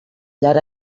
llar